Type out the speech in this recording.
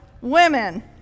women